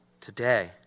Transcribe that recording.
today